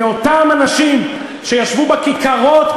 מאותם אנשים שישבו בכיכרות,